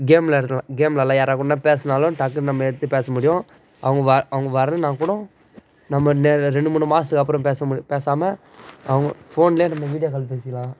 game விளாட்றதுல கேம்லலாம் யார் கூடனா பேசினாலும் டக்குன்னு நம்ம எடுத்து பேச முடியும் அவங்க அவங்க வர்றதுன்னா கூட நம்ம ரெண்டு மூணு மாசத்துக்கு அப்புறம் பேச பேசாமல் அவங்க ஃபோனில் நம்ம வீடியோ கால் பேசிக்கலாம்